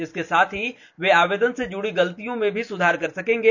इसके साथ ही वे आवेदन से जुडी गलतियों में भी सुधार कर सकेंगे